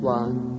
one